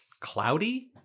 Cloudy